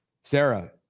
Sarah